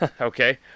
Okay